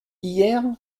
hier